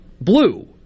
blue